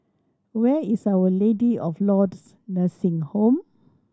where is Our Lady of Lourdes Nursing Home